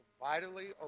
vitally